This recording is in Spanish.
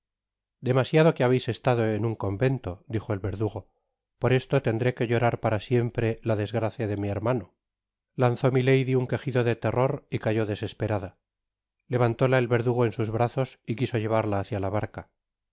demasiado que habeis estado en un convento dijo el verdugo por esto tendré que llorar para siempre la desgracia de mi hermano lanzó milady un quejido de terror y cayó desesperada levantóla el verdugo en sus brazos y quiso ltevarla hacia la barca